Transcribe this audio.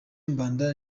mbanda